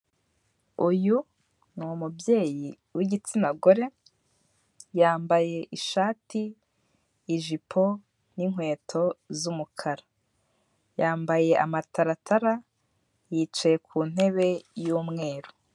Uyu ni umubyeyi w'igitsina gore yambaye ishati ,ijipo n'inkweto z'umukara yambaye amataratara yicaye ku ntebe yumweru.